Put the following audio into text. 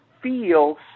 feel